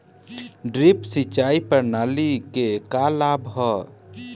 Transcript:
Drip सिंचाई प्रणाली के का लाभ ह?